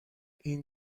این